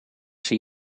zie